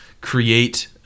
create